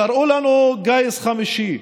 קראו לנו "גיס חמישי",